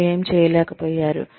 వారు ఏమి చేయలేకపోయారు